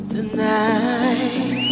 Tonight